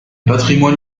patrimoine